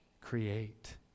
Create